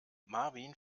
marvin